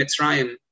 Mitzrayim